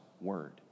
word